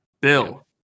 Bill